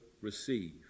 receive